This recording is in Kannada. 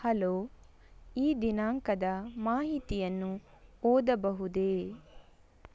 ಹಲೋ ಈ ದಿನಾಂಕದ ಮಾಹಿತಿಯನ್ನು ಓದಬಹುದೇ